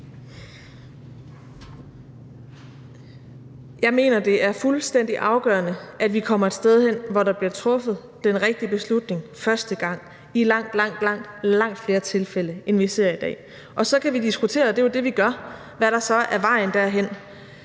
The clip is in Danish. Jeg mener, at det er fuldstændig afgørende, at vi kommer et sted hen, hvor der bliver truffet den rigtige beslutning første gang i langt, langt flere tilfælde, end vi ser i dag. Og så kan vi diskutere – og det er jo det, vi gør – hvad der så er vejen derhen.